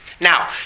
Now